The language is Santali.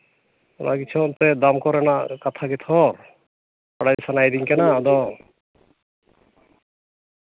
ᱚᱱᱟ ᱜᱮᱪᱚ ᱮᱱᱛᱮ ᱫᱟᱢ ᱠᱚᱨᱮᱱᱟᱜ ᱠᱟᱛᱷᱟ ᱜᱮᱛᱷᱚ ᱵᱟᱲᱟᱭ ᱥᱟᱱᱟᱭᱤᱫᱤᱧ ᱠᱟᱱᱟ ᱟᱫᱚ